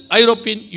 European